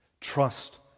Trust